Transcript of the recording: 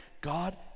God